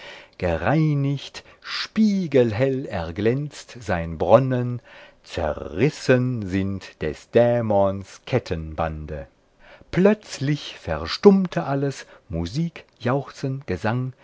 gereinigt spiegelhell erglänzt sein bronnen zerrissen sind des dämons kettenbande plötzlich verstummte alles musik jauchzen gesang